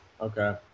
okay